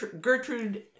Gertrude